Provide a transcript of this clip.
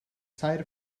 side